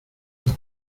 los